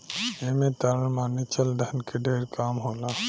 ऐमे तरल माने चल धन के ढेर काम होला